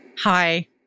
Hi